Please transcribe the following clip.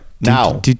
now